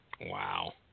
Wow